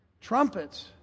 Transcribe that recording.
trumpets